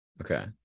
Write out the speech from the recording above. Okay